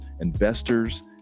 investors